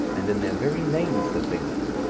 and in their very names for things.